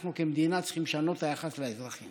אנחנו כמדינה צריכים לשנות את היחס לאזרחים.